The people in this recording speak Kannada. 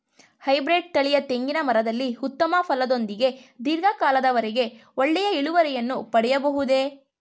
ಹೈಬ್ರೀಡ್ ತಳಿಯ ತೆಂಗಿನ ಮರದಲ್ಲಿ ಉತ್ತಮ ಫಲದೊಂದಿಗೆ ಧೀರ್ಘ ಕಾಲದ ವರೆಗೆ ಒಳ್ಳೆಯ ಇಳುವರಿಯನ್ನು ಪಡೆಯಬಹುದೇ?